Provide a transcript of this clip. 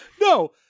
No